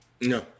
No